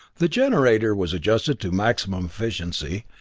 the generator was adjusted to maximum efficiency,